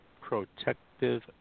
Protective